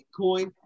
Bitcoin